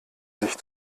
sich